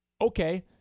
okay